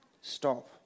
stop